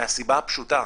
מהסיבה הפשוטה,